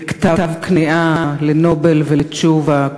וכתב כניעה ל"נובל" ולתשובה,